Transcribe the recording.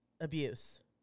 abuse